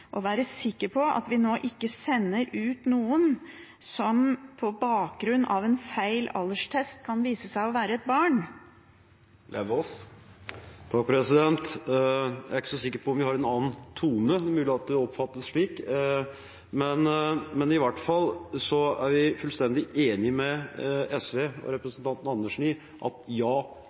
og være sikker på at vi nå ikke sender ut noen som på bakgrunn av en feil alderstest kan vise seg å være et barn? Jeg er ikke så sikker på om vi har en annen tone, det er mulig at det oppfattes slik. Men i hvert fall er vi fullstendig enig med SV og representanten Andersen i at